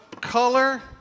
color